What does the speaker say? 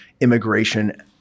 immigration